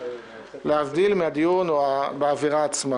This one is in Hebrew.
להבדיל מהדיון בעבירה עצמה.